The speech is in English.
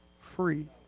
Free